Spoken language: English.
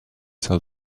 sell